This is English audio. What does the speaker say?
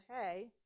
hey